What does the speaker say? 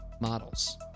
models